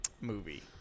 movie